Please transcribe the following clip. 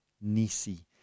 Nisi